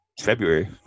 February